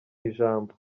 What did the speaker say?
ijambo